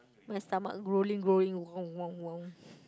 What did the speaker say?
my stomach growling growling